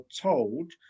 told